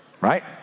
right